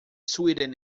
sweden